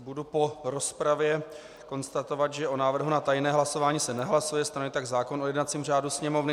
Budu po rozpravě konstatovat, že o návrhu na tajné hlasování se nehlasuje, stanoví tak zákon o jednacím řádu Sněmovny.